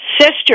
Sister